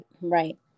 Right